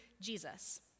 Jesus